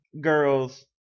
girls